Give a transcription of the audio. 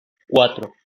cuatro